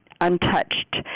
untouched